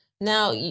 Now